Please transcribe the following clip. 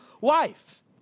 wife